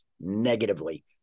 negatively